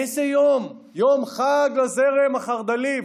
איזה יום, יום חג לזרם החרד"לי.